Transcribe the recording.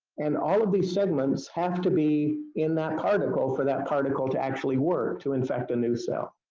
and all of these segments have to be in that particle for that particle to actually work to infect a new cell.